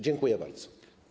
Dziękuję bardzo.